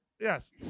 Yes